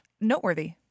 noteworthy